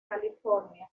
california